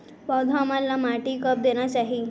पौधा मन ला माटी कब देना चाही?